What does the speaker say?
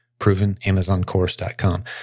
provenamazoncourse.com